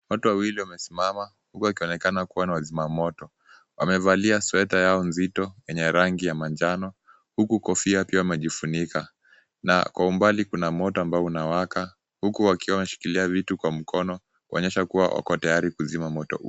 Watu wawili wamesimama, huku wakionekana kuwa ni wazima moto. Wamevalia sueta yao nzito yenye rangi ya manjano, huku kofia pia wamejifunika. Na kwa umbali kuna moto ambao unawaka, huku wakiona shikilia vitu kwa mkono kuonyesha kuwa wako tayari kuzima moto.